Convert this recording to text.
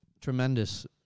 tremendous